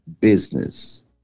business